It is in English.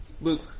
Luke